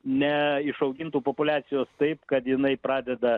ne išaugintų populiacijos taip kad jinai pradeda